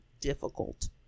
difficult